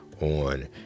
on